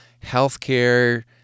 healthcare